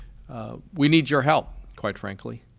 ah we need your help, quite frankly,